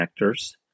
Connectors